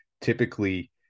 typically